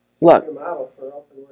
Look